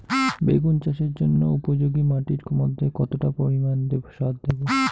বেগুন চাষের জন্য উপযোগী মাটির মধ্যে কতটা পরিমান সার দেব?